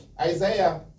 Isaiah